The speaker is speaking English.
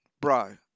bro